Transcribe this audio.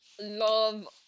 love